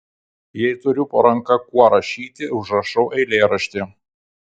jei turiu po ranka kuo rašyti užrašau eilėraštį